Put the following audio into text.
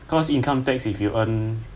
cause income tax if you earn